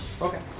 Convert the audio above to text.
Okay